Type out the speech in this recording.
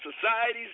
societies